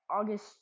August